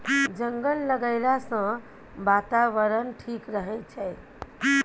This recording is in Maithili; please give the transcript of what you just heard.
जंगल लगैला सँ बातावरण ठीक रहै छै